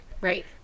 Right